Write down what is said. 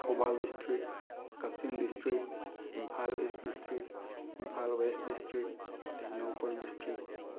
Thoubal district Kakching district Imphal east district Imphal west district Tengnoupal district